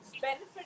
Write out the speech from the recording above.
Benefit